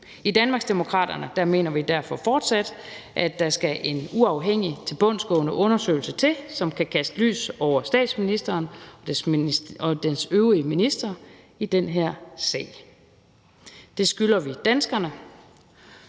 I Danmarksdemokraterne mener vi derfor fortsat, at der skal en uafhængig tilbundsgående undersøgelse til, som kan kaste lys over den daværende statsminister og regerings øvrige ministre i den her sag. Det skylder vi danskerne,